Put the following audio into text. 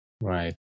Right